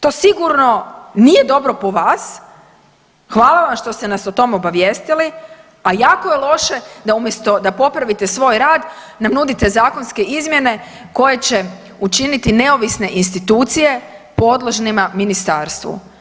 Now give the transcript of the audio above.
To sigurno nije dobro po vas, hvala vam što ste nas o tom obavijestili, a jako je loše da umjesto da popravite svoj rad, nam nudite zakonske izmjene koje će učiniti neovisne institucije podložnima Ministarstvu.